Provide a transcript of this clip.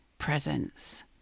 presence